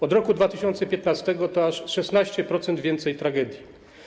Od roku 2015 jest aż o 16% więcej tragedii.